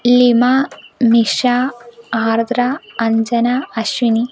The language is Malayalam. ലിമ നിഷ ആർദ്ര അഞ്ജന അശ്വനി